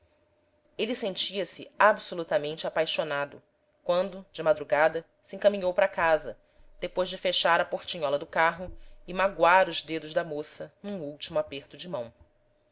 ele sentia-se absolutamente apaixonado quando de madrugada se encaminhou para casa depois de fechar a portinhola do carro e magoar os dedos da moça num último aperto de mão